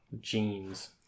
Jeans